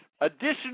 additional